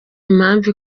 impamvu